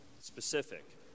specific